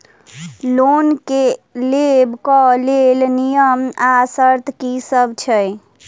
Loan लेबऽ कऽ लेल नियम आ शर्त की सब छई?